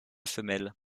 femelle